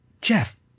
Jeff